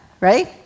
right